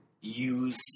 use